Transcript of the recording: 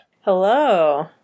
Hello